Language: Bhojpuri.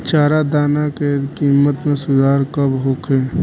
चारा दाना के किमत में सुधार कब होखे?